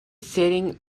sering